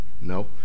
No